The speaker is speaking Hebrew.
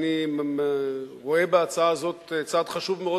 אני רואה בהצעה הזאת צעד חשוב מאוד